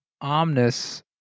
Omnis